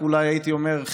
הייתי אומר,